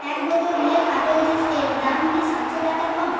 এক বোতল real apple juice এর দাম কি সাতশো টাকার কম